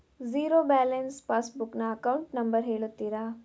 Zero balance passbook ನ account number ಹೇಳುತ್ತೀರಾ?